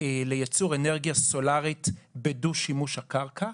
לייצור אנרגיה סולארית בדו-שימוש הקרקע,